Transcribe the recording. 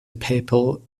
papal